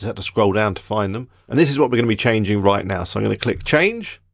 to to scroll down to find them. and this is what we're gonna be changing right now so i'm gonna click change,